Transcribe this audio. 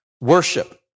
worship